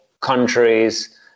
countries